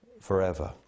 forever